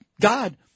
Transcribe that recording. God